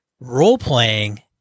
role-playing